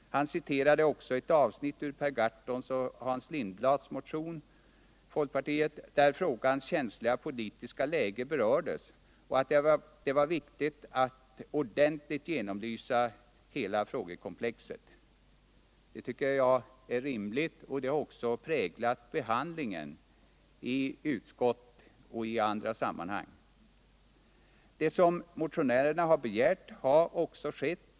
Han citerade också ett avsnitt ur den motion som väckts av folkpartisterna Hans Lindblad och Per Gahrton, i vilken denna frågas känsliga politiska läge berörs och där det sägs att det är viktigt att ordentligt belysa hela frågekomplexet. Det tycker jag är rimligt, och en sådan rundlig belysning har också präglat frågans behandling i utskottet och i andra sammanhang. Vad motionärerna begärt har också bifallits.